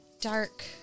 dark